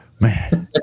man